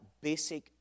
basic